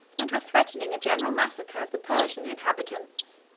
and were threatening a general massacre of the persian inhabitants.